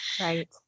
Right